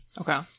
Okay